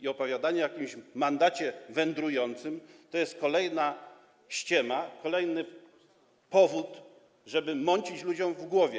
I opowiadanie o jakimś mandacie wędrującym to jest kolejna ściema, kolejny powód, żeby mącić ludziom w głowach.